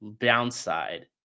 downside